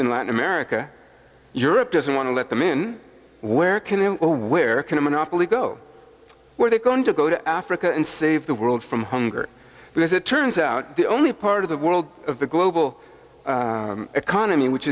in latin america europe doesn't want to let them in where can they where can a monopoly go where they're going to go to africa and save the world from hunger because it turns out the only part of the world of the global economy which